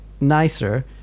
nicer